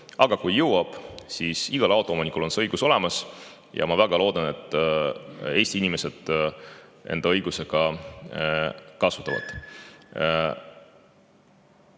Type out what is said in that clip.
Aga kui jõuab, siis on igal autoomanikul see õigus olemas ja ma väga loodan, et Eesti inimesed seda õigust kasutavad.